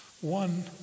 One